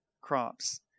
crops